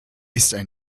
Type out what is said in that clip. ist